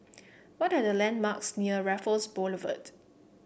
what are the landmarks near Raffles Boulevard